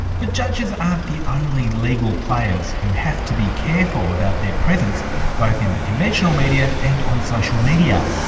but judges aren't the only legal players who have to be careful about their presence both in the conventional media and on social media.